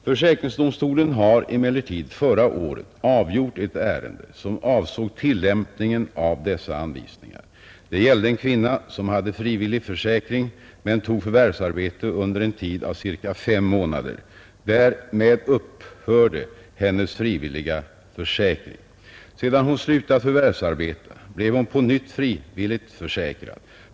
Försäkringsdomstolen har emellertid förra året avgjort ett ärende som avsåg tillämpningen av dessa anvisningar. De gällde en kvinna som hade frivillig försäkring men tog förvärvsarbete under en tid av ca 5 månader. Därmed upphörde hennes frivilliga försäkring. Sedan hon slutat förvärvsarbeta blev hon på nytt frivilligt försäkrad.